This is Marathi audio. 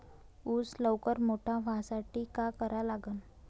ऊस लवकर मोठा व्हासाठी का करा लागन?